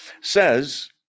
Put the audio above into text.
says